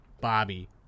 Bobby